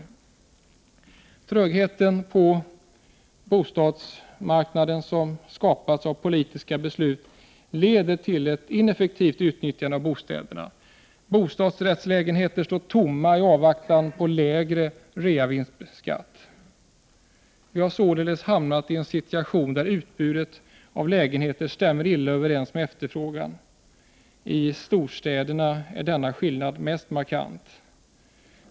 Den tröghet på bostadsmarknaden som har skapats av politiska beslut leder till ett ineffektivt utnyttjande av bostäderna. Bostadsrättslägenheter står tomma i avvaktan på en lägre reavinstskatt. Vi har således hamnat i en situation där utbudet av lägenheter stämmer illa överens med efterfrågan. I storstäderna är denna skillnad mest markant.